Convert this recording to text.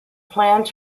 planned